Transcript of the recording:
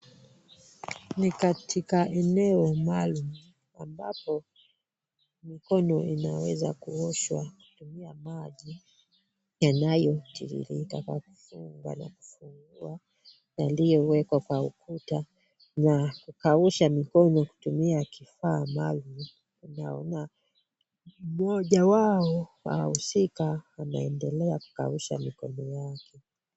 Ni katika eneo maalumu ambapo mikono inaweza kuoshwa kutumia maji yanayotiririka kwa kufumba na kufumbua yaliyowekwa kwa ukuta na kukausha mikono kutumia kifaa maalum . Ninaona mmoja wao anahusika anaendelea kukausha mikono yake.